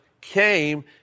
came